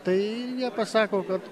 tai jei pasako kad